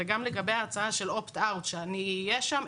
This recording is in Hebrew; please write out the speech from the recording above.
וגם לגבי ההצעה של opt out שאני אהיה שם,